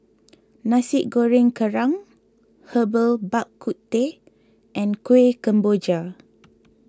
Nasi Goreng Kerang Herbal Bak Ku Teh and Kuih Kemboja